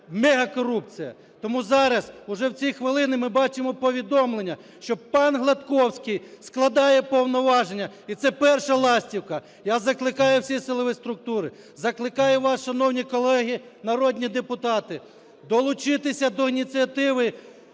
процвітаємегакорупція? Тому зараз, вже в ці хвилини, ми бачимо повідомлення, що панГладковський складає повноваження, і це перша ластівка. Я закликаю всі силові структури, закликаю вас, шановні колеги народні депутати, долучитися до ініціативи